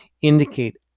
indicate